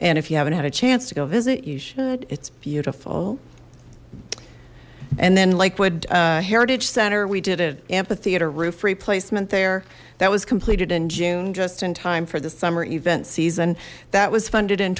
and if you haven't had a chance to go visit you should it's beautiful and then lakewood heritage center we did a amphitheater roof replacement there that was completed in june just in time for the summer event season that was funded in